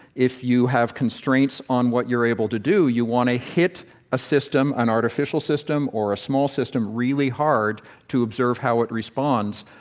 if you have constraints on what you're able to do, you want to hit a system an artificial system or a small system really hard to observe how it responds.